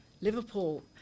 Liverpool